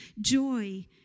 joy